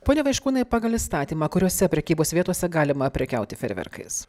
pone vaiškūnai pagal įstatymą kuriose prekybos vietose galima prekiauti fejerverkais